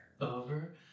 Over